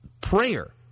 prayer